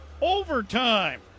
overtime